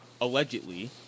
allegedly